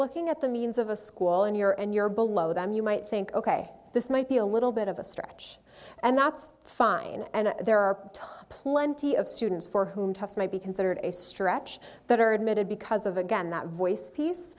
looking at the means of a school and you're and you're below them you might think ok this might be a little bit of a stretch and that's fine and there are plenty of students for whom test might be considered a stretch that are admitted because of again that voice piece